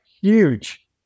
huge